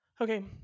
okay